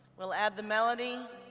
we'll add the melody,